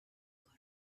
کنم